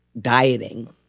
dieting